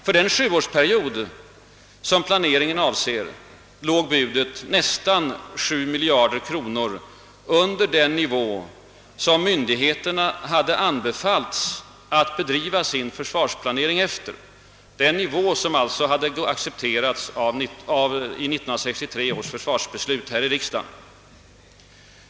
För den sjuårsperiod som planeringen avser låg budet nästan 7 miljarder kronor under den nivå som myndigheterna hade anbefallts att bedriva sin försvarsplanering efter — den nivå som alltså hade accepterats genom 1963 års försvarsbeslut här i riksdagen.